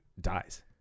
dies